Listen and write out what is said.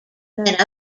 met